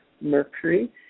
mercury